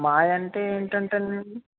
మావి అంటే ఏమిటంటేనండి